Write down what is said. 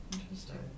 interesting